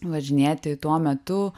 važinėti tuo metu